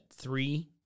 three